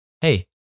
Hey